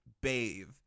bathe